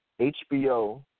HBO